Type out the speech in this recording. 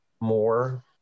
more